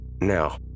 Now